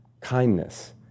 kindness